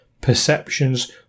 perceptions